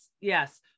yes